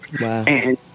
Wow